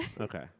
okay